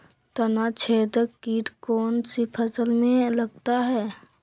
तनाछेदक किट कौन सी फसल में लगता है?